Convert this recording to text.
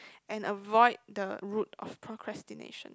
and avoid the route of procrastination